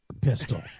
Pistol